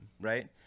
right